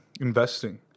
investing